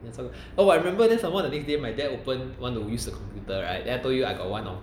that's so oh I remember then some more the next day my dad open want to use the computer right then I told you I got one of